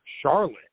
Charlotte